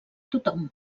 tothom